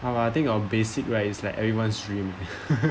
how I think of basic right it's like everyone's dream